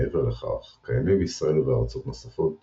מעבר לכך, קיימים בישראל ובארצות נוספות